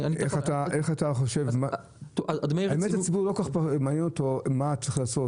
את הציבור לא כל כך מעניין מה צריך לעשות,